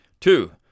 Two